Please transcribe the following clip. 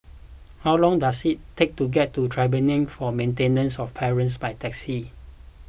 how long does it take to get to Tribunal for Maintenance of Parents by taxi